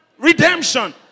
redemption